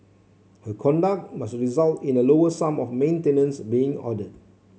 her conduct must result in a lower sum of maintenance being ordered